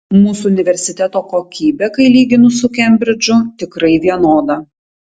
mūsų universiteto kokybė kai lyginu su kembridžu tikrai vienoda